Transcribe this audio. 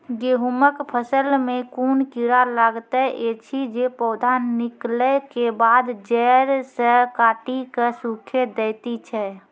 गेहूँमक फसल मे कून कीड़ा लागतै ऐछि जे पौधा निकलै केबाद जैर सऽ काटि कऽ सूखे दैति छै?